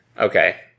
Okay